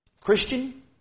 Christian